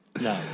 No